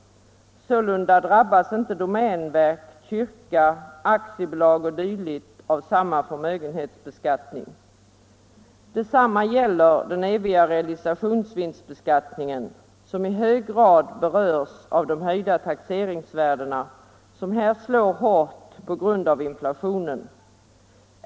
Sålunda drabbas inte domänverk, kyrka, aktiebolag o.d. av samma förmögenhetsbeskattning. Detsamma gäller den eviga realisationsvinstbeskattningen, som i hög grad berörs av de höjda taxeringsvärdena, som här slår hårt på grund av inflationen.